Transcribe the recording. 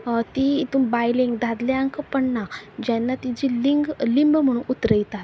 हय ती हितून बायलेक दादल्यांक पडना जेन्ना तिची लिंग लिंब म्हणून उतरयतात